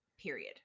period